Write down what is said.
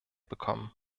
bekommen